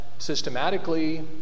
Systematically